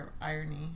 irony